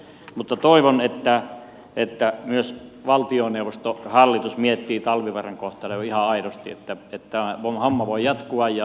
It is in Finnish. mutta toivon että myös valtioneuvosto hallitus miettii talvivaaran kohtaloa ihan aidosti että homma voi jatkua ja saadaan ympäristöasiat myös kuntoon